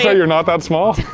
yeah you're not that small?